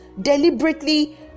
deliberately